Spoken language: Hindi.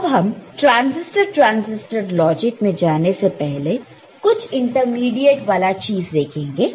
अब ट्रांसिस्टर ट्रांसिस्टर लॉजिक में जाने से पहले हम कुछ इंटरमीडिएट वाला चीज देखेंगे